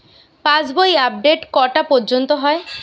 পাশ বই আপডেট কটা পর্যন্ত হয়?